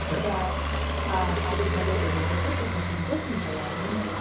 that um i become a agent's assistant because she was looking for one. and i'm like,